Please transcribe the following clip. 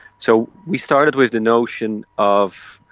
so we started with the notion of,